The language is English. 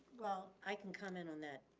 well, i can comment on that,